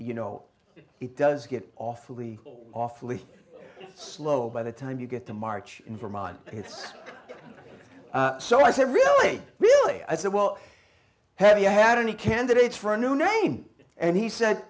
you know it does get awfully awfully slow by the time you get to march in vermont it's so i said really really i said well have you had any candidates for a new name and he said